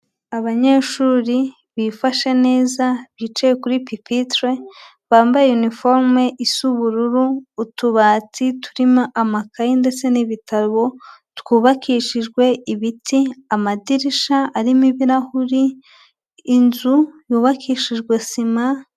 Abanyeshuri bifashe neza bicaye kuri pipitire bambaye uniforume isa ubururu, utubati turimo amakaye ndetse n'ibitabo twubakishijwe ibiti amadirishya arimo ibirahuri, inzu yubakishijwe sima.